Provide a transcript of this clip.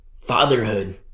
fatherhood